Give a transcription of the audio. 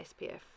spf